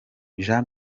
jean